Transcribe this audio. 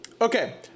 Okay